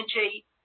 energy